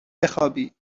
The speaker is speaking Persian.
بخوابی